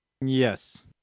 Yes